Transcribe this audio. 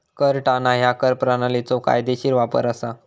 कर टाळणा ह्या कर प्रणालीचो कायदेशीर वापर असा